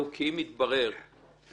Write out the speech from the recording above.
כי אם יתברר נניח